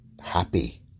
happy